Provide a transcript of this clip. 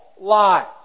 lies